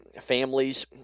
families